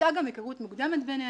הייתה גם היכרות מוקדמת ביניהם.